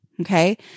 Okay